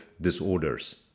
disorders